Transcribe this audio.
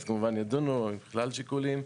אז כמובן ידונו כלל שיקולים,